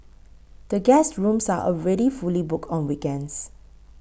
the guest rooms are already fully booked on weekends